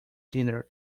dinner